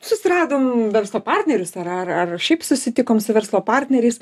susiradom verslo partnerius ar ar ar šiaip susitikom su verslo partneriais